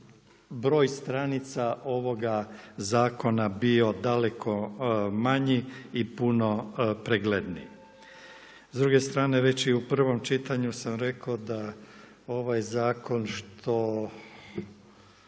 broj stranica ovoga zakona bio daleko manji i puno pregledniji. S druge strane, već u i u prvom čitanju sam rekao da ovaj zakon što